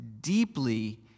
deeply